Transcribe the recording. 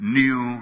new